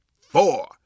four